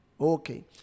Okay